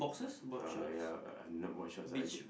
uh ya uh no wash was I did